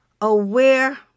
aware